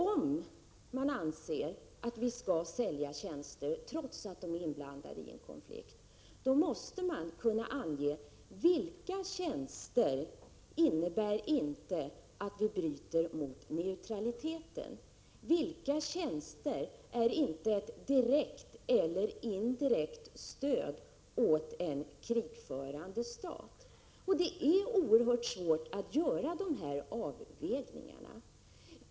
Om man anser att vi skall sälja tjänster trots att landet i fråga är inblandat i en konflikt, måste man kunna ange vilka tjänster som inte innebär att vi bryter mot neutraliteten, vilka tjänster som inte är ett direkt eller indirekt stöd åt en krigförande stat, och det är oerhört svårt att göra dessa avvägningar.